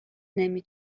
نمی